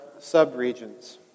subregions